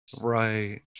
right